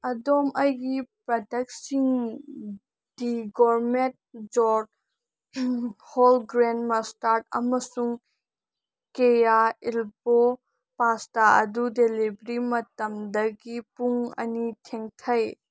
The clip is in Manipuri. ꯑꯗꯣꯝ ꯑꯩꯒꯤ ꯄ꯭ꯔꯗꯛꯁꯤꯡ ꯗꯤ ꯒꯣꯔꯃꯦꯠ ꯖꯣꯔꯠ ꯍꯣꯜꯒ꯭ꯔꯦꯟ ꯃꯁꯇꯥꯔꯠ ꯑꯃꯁꯨꯡ ꯀꯦꯌꯥ ꯑꯦꯜꯕꯣ ꯄꯥꯁꯇꯥ ꯑꯗꯨ ꯗꯤꯂꯤꯕꯔꯤ ꯃꯇꯝꯗꯒꯤ ꯄꯨꯡ ꯑꯅꯤ ꯊꯦꯡꯊꯩ